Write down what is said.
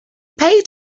paid